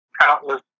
countless